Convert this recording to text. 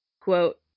quote